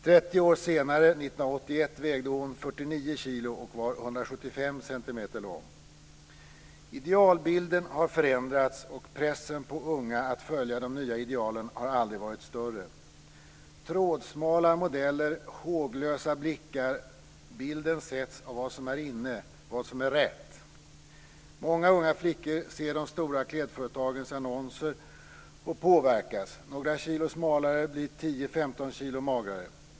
30 år senare, 1981, vägde hon 49 kg och var Idealbilden har förändrats och pressen på unga att följa de nya idealen har aldrig varit större. Trådsmala modeller, håglösa blickar - bilden sätts av vad som är inne, vad som är rätt. Många unga flickor ser de stora klädföretagens annonser och påverkas. Några kilo smalare blir 10-15 kg magrare.